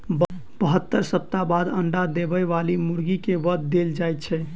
बहत्तर सप्ताह बाद अंडा देबय बाली मुर्गी के वध देल जाइत छै